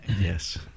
Yes